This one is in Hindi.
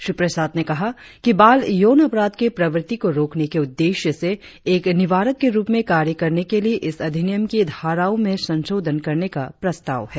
श्री प्रसाद ने कहा कि बाल यौन अपराध की प्रवृत्ति को रोकने के उद्देश्य से एक निवारक के रुप में कार्य करने के लिए इस अधिनियम की धाराओं में संशोधन करने का प्रस्ताव है